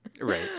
Right